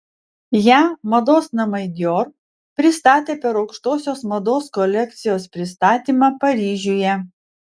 ją mados namai dior pristatė per aukštosios mados kolekcijos pristatymą paryžiuje